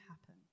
happen